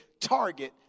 target